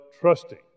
trusting